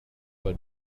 but